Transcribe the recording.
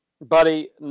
Buddy